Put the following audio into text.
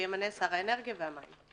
שימנה שר האנרגיה והמים,